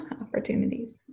opportunities